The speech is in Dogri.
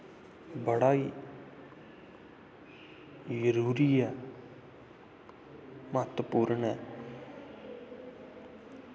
बड़ा ई जरूरी ऐ महत्वपूर्ण ऐ